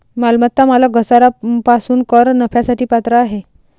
मालमत्ता मालक घसारा पासून कर नफ्यासाठी पात्र आहे